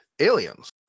aliens